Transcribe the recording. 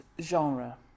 genre